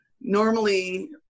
normally